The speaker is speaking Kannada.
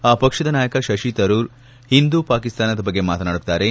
ಆ ಪಕ್ಷದ ನಾಯಕ ಶಶಿ ತರೂರ್ ಹಿಂದು ಪಾಕಿಸ್ತಾನದ ಬಗ್ಗೆ ಮಾತನಾಡುತ್ತಾರೆ